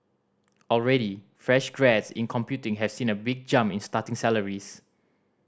already fresh grads in computing have seen a big jump in starting salaries